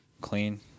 clean